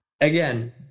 Again